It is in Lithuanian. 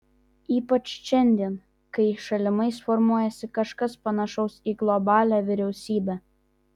ypač šiandien kai šalimais formuojasi kažkas panašaus į globalią vyriausybę